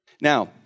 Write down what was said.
Now